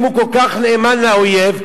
אם הוא כל כך נאמן לאויב,